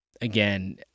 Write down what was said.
again